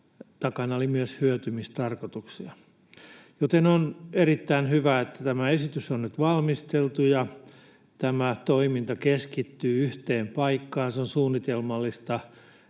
takana oli myös hyötymistarkoituksia. Joten on erittäin hyvä, että tämä esitys on nyt valmisteltu ja tämä toiminta keskittyy yhteen paikkaan, se on suunnitelmallista